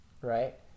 right